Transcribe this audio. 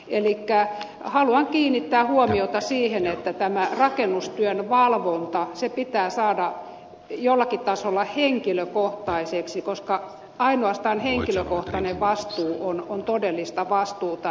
elikkä haluan kiinnittää huomiota siihen että tämä rakennustyön valvonta pitää saada jollakin tasolla henkilökohtaiseksi koska ainoastaan henkilökohtainen vastuu on todellista vastuuta